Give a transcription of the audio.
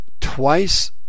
twice